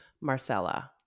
Marcella